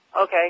okay